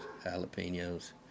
jalapenos